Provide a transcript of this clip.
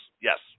Yes